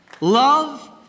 love